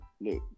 look